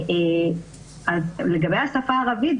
אז לגבי השפה הערבית,